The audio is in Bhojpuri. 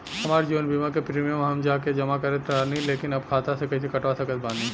हमार जीवन बीमा के प्रीमीयम हम जा के जमा करत रहनी ह लेकिन अब खाता से कइसे कटवा सकत बानी?